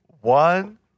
one